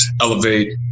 elevate